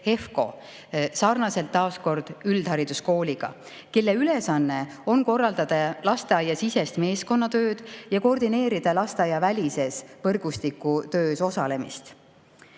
samuti sarnaselt üldhariduskooliga –, kelle ülesanne on korraldada lasteaiasisest meeskonnatööd ja koordineerida lasteaiavälises võrgustikutöös osalemist.